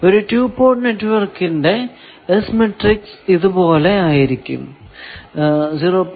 ഒരു 2 പോർട്ട് നെറ്റ്വർക്കിന്റെ S matrix ഇത് പോലെ ആയിരിക്കും 0